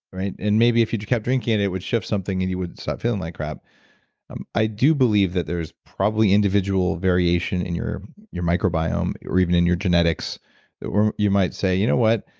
right and maybe if you kept drinking it, it would shift something and you wouldn't start feeling like crap um i do believe that there's probably individual variation in your your microbiome or even in your genetics that you might say, you know what,